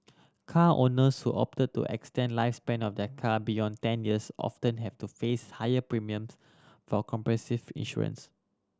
car owners who opt to extend lifespan of their car beyond ten years often have to face higher premiums for comprehensive insurance